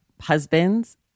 husband's